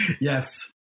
Yes